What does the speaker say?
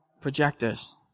projectors